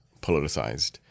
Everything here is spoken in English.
politicized